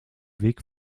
weg